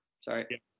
Sorry